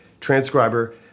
transcriber